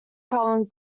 problems